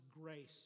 grace